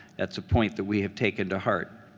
that's a point that we have taken to heart.